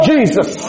Jesus